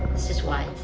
this is why,